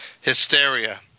Hysteria